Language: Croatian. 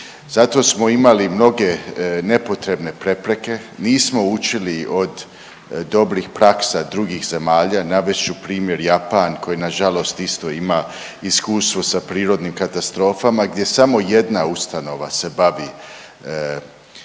Zato smo imali mnoge nepotrebne prepreke, nismo učili od dobrih praksa drugih zemalja. Navest ću primjer Japan koji na žalost isto ima iskustvo sa prirodnim katastrofama, gdje samo jedna ustanova se bavi postupkom